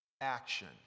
action